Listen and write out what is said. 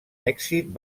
èxit